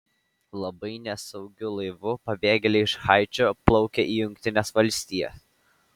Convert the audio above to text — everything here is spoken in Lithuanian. labai nesaugiu laivu pabėgėliai iš haičio plaukia į jungtines valstijas